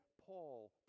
Paul